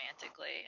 romantically